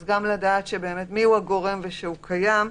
אז אני אשמח לדעת מיהו הגורם ושהוא באמת קיים,